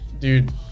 Dude